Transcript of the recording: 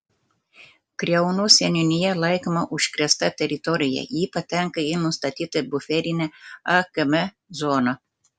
kriaunų seniūnija laikoma užkrėsta teritorija ji patenka į nustatytą buferinę akm zoną